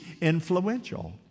influential